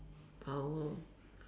power